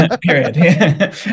Period